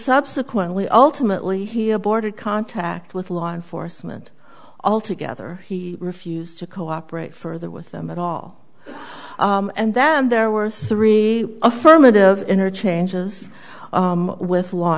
subsequently ultimately here boarded contact with law enforcement altogether he refused to cooperate further with them at all and then there were three affirmative interchanges with law